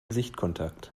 sichtkontakt